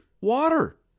water